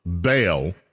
bail